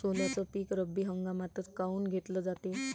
सोल्याचं पीक रब्बी हंगामातच काऊन घेतलं जाते?